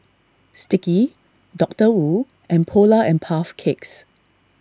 Sticky Doctor Wu and Polar and Puff Cakes